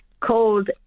called